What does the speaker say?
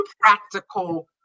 practical